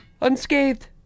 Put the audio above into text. Unscathed